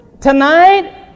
tonight